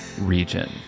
region